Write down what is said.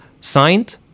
Signed